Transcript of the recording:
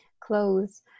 clothes